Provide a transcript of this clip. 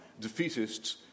defeatists